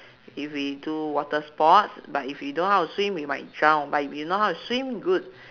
if we do water sports but if we don't know how to swim we might drown but if you know how to swim good